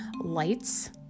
lights